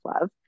love